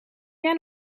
jij